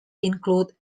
include